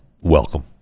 welcome